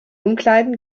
umkleiden